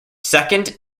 second